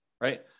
right